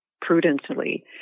prudently